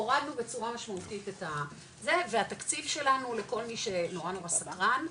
הורדנו בצורה משמעותית את זה והתקציב שלנו לכל מי שנורא נורא סקרן,